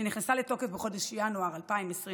שנכנסה לתוקף בחודש ינואר 2023,